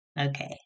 Okay